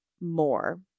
more